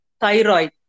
thyroid